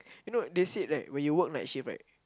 you know they said right when you work night shift right